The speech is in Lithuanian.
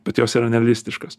bet jos yra nerealistiškos